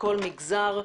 מכל מגזר,